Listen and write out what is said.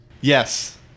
Yes